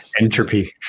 entropy